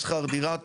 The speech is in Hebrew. שכר דירה,